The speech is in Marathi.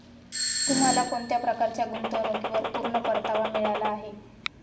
तुम्हाला कोणत्या प्रकारच्या गुंतवणुकीवर पूर्ण परतावा मिळाला आहे